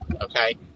Okay